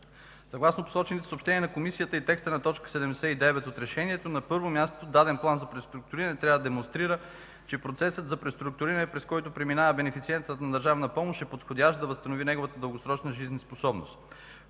Съгласно посочените съобщения на Комисията и текста на т. 79 от Решението, на първо място, даден план за преструктуриране трябва да демонстрира, че процесът за преструктуриране, през който преминава бенефициентът на държавна помощ, е подходящ да възстанови неговата дългосрочна жизнеспособност.